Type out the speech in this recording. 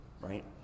Right